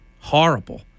Horrible